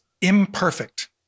imperfect